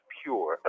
pure